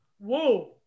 Whoa